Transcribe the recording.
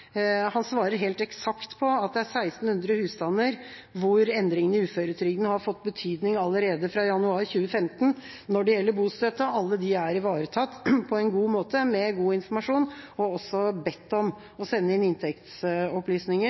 Han svarer helt eksakt at det er 1 600 husstander hvor endringa i uføretrygden har fått betydning allerede fra januar 2015 når det gjelder bostøtte, og alle de er ivaretatt på en god måte med god informasjon og er også bedt om å sende inn inntektsopplysninger.